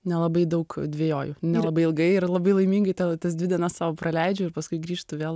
nelabai daug dvejoju nelabai ilgai ir labai laimingai tas dvi dienas sau praleidžiu ir paskui grįžtu vėl